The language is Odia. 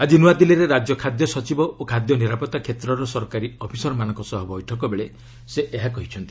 ଆଜି ନୂଆଦିଲ୍ଲୀରେ ରାଜ୍ୟ ଖାଦ୍ୟ ସଚିବ ଓ ଖାଦ୍ୟ ନିରାପତ୍ତା କ୍ଷେତ୍ରର ସରକାରୀ ଅଫିସରମାନଙ୍କ ସହ ବୈଠକ ବେଳେ ସେ ଏହା କହିଛନ୍ତି